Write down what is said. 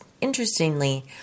Interestingly